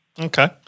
Okay